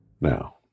Now